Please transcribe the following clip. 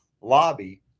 lobby